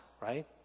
right